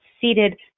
seated